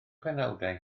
penawdau